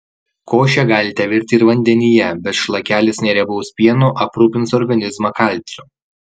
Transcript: košę galite virti ir vandenyje bet šlakelis neriebaus pieno aprūpins organizmą kalciu